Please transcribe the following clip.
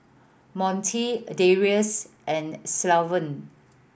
Monte Darius and Sylvan